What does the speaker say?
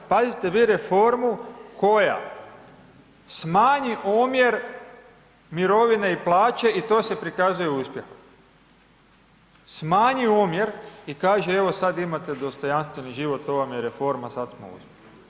Pazite, vi reformu koja smanji omjer mirovine i plaće i to se prikazuje uspjehom, smanji omjer i kaže, evo sad imate dostojanstveni život, to vam je reforma, sad smo uspjeli.